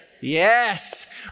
Yes